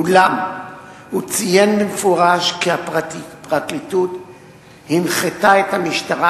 אולם הוא ציין במפורש כי הפרקליטות הנחתה את המשטרה